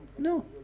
No